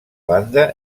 banda